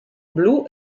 blu